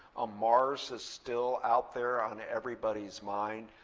ah mars is still out there on everybody's mind.